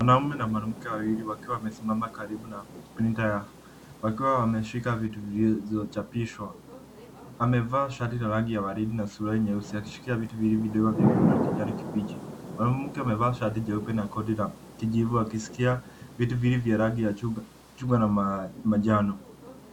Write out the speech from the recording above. Mwanamme na mwanamke wawili wakiwa wamesimama karibu na printa wakiwa wameshika vitu zilizo chapishwa. Amevaa shati la rangi ya waridi na suruali nyeusi akishikilia vitu viwili vidogo vya bluu na kijani kibichi. Mwanamke amevaa shati jeupe na koti la kijivu akishikilia vitu viwili vya rangi ya chungwa na manjano.